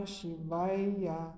Shivaya